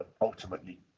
ultimately